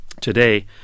today